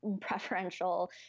preferential